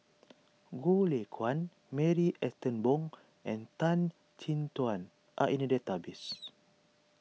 Goh Lay Kuan Marie Ethel Bong and Tan Chin Tuan are in the database